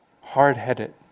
hard-headed